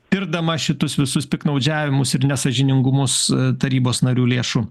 tirdama šituos visus piktnaudžiavimus ir nesąžiningumus tarybos narių lėšų